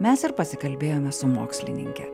mes ir pasikalbėjome su mokslininke